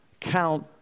count